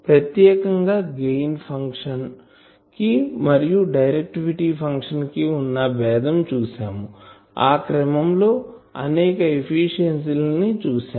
ప్రత్యేకం గా gain function కి మరియు డైరెక్టివిటీ ఫంక్షన్ కి వున్న బేధం చూసాం ఆ క్రమం లో అనేక ఎఫిషియన్సీ ల ని చూసాం